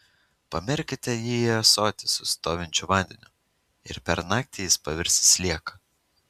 pamerkite jį į ąsotį su stovinčiu vandeniu ir per naktį jis pavirs į slieką